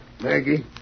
Maggie